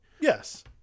Yes